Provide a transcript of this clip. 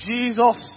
Jesus